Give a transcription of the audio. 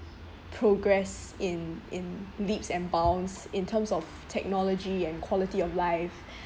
progress in in leaps and bounds in terms of technology and quality of life